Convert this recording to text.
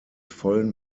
vollen